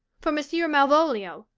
for monsieur malvolio,